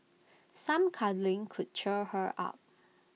some cuddling could cheer her up